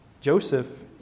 Joseph